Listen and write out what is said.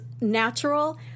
natural